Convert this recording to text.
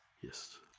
Yes